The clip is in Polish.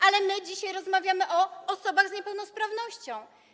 Ale my dzisiaj rozmawiamy o osobach z niepełnosprawnością.